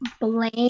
blame